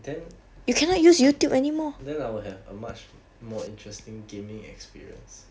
then then I'll have a much more interesting gaming experience